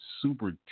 super